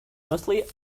mostly